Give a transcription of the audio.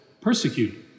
persecute